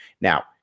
Now